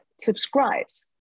subscribes